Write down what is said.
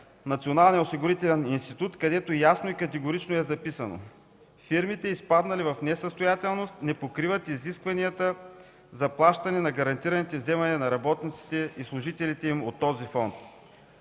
Националния осигурителен институт, където ясно и категорично е записано, че фирмите, изпаднали в несъстоятелност, не покриват изискванията за плащане на гарантираните вземания на работниците и служителите им от този фонд.